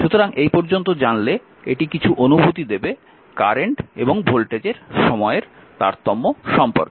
সুতরাং এই পর্যন্ত জানলে এটি কিছু অনুভূতি দেবে কারেন্ট এবং ভোল্টেজের সময়ের তারতম্য সম্পর্কে